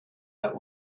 but